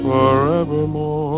Forevermore